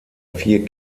vier